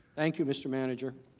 thank you mr. manager.